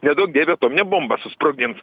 neduok dieve atominę bombą susprogdins